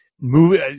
movie